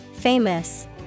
Famous